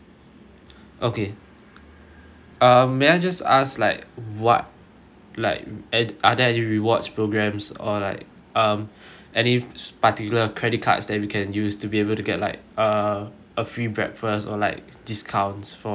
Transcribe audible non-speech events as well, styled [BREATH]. okay um may I just ask like what like at are there any rewards programs or like um [BREATH] any particular credit cards that we can use to be able to get like a a free breakfast or like discounts for the booking